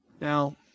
Now